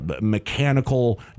mechanical